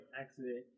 accident